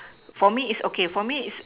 for me is okay for me is